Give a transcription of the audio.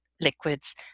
liquids